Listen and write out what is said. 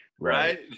Right